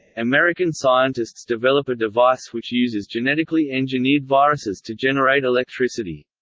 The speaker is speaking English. american scientists develop a device which uses genetically engineered viruses to generate electricity.